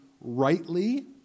rightly